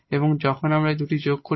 এবং যখন আমরা দুটি যোগ করি